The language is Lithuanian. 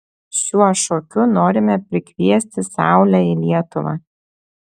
šiuo šokiu norime prikviesti saulę į lietuvą